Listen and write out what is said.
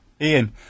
Ian